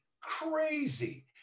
crazy